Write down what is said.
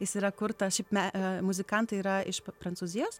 jis yra kurtas šiaip muzikantai yra iš prancūzijos